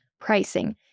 pricing